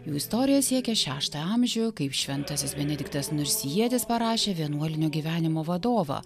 jų istorija siekia šeštą amžių kaip šventasis benediktas nursietis parašė vienuolinio gyvenimo vadovą